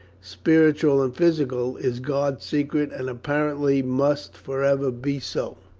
spiritual and physical, is god's secret, and apparently must for ever be so.